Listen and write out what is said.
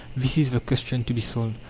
this is the question to be solved.